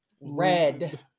red